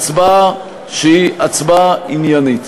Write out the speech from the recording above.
הצבעה עניינית.